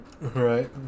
Right